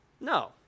No